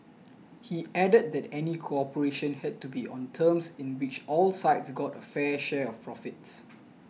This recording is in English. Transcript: he added that any cooperation had to be on terms in which all sides got a fair share of profits